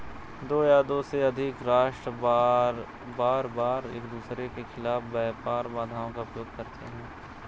दो या दो से अधिक राष्ट्र बारबार एकदूसरे के खिलाफ व्यापार बाधाओं का उपयोग करते हैं